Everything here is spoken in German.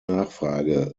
nachfrage